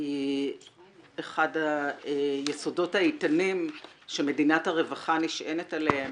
הם אחד היסודות האיתנים שמדינת הרווחה נשענת עליהם,